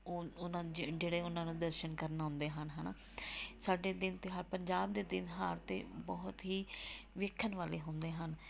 ਓ ਉਹਨਾਂ ਜ ਜਿਹੜੇ ਉਹਨਾਂ ਨੂੰ ਦਰਸ਼ਨ ਕਰਨ ਆਉਂਦੇ ਹਨ ਹੈ ਨਾ ਸਾਡੇ ਦਿਨ ਤਿਉਹਾਰ ਪੰਜਾਬ ਦੇ ਤਿਉਹਾਰ ਤਾਂ ਬਹੁਤ ਹੀ ਵੇਖਣ ਵਾਲੇ ਹੁੰਦੇ ਹਨ